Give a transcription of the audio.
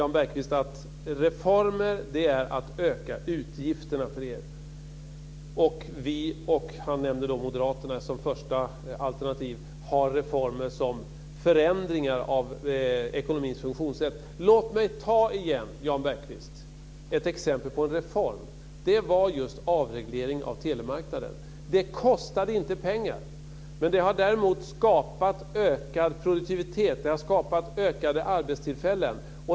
Jan Bergqvist säger att reformer "för er" - han nämner då Moderaterna som första alternativ - är att öka utgifterna och att "vi" har reformer som förändringar av ekonomins funktionssätt. Låt mig igen, Jan Bergqvist, ta ett exempel på en reform. Det är just avregleringen av telemarknaden. Det kostade inte pengar. Men det har däremot skapat ökad produktivitet. Det har skapat fler arbetstillfällen.